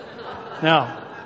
Now